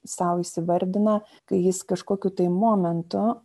sau įsivardina kai jis kažkokiu tai momentu